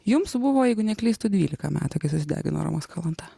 jums buvo jeigu neklystu dvylika metų kai susidegino romas kalanta